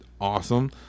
awesome